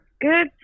Good